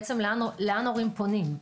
לאן הורים פונים?